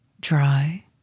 dry